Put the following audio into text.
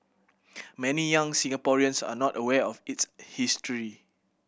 many young Singaporeans are not aware of its history